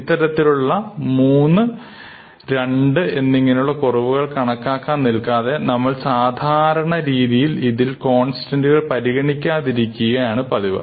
ഇത്തരത്തിലുള്ള മൂന്ന് രണ്ട് ഇങ്ങനെയുള്ള കുറവുകൾ കണക്കാക്കാൻ നിൽക്കാതെ നമ്മൾ സാധാരണരീതിയിൽ ഇതിൽ കോൺസ്റ്റണ്ടുകൾ പരിഗണിക്കാതിരിക്കുക പതിവ്